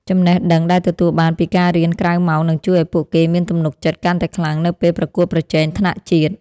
ចំណេះដឹងដែលទទួលបានពីការរៀនក្រៅម៉ោងនឹងជួយឱ្យពួកគេមានទំនុកចិត្តកាន់តែខ្លាំងនៅពេលប្រកួតប្រជែងថ្នាក់ជាតិ។